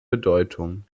bedeutung